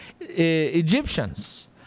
Egyptians